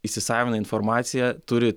įsisavina informaciją turi